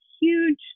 huge